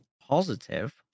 positive